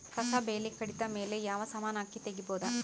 ಕಸಾ ಬೇಲಿ ಕಡಿತ ಮೇಲೆ ಯಾವ ಸಮಾನ ಹಾಕಿ ತಗಿಬೊದ?